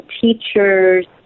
teachers